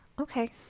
Okay